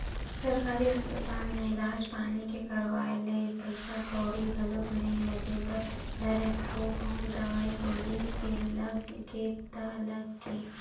सरकारी अस्पताल म इलाज पानी के कराए ले पइसा कउड़ी घलोक नइ लगे बर धरय थोक बहुत दवई गोली के लग गे ता लग गे